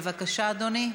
בבקשה, אדוני.